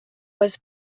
was